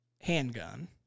handgun